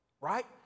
Right